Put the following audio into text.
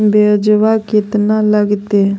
ब्यजवा केतना लगते?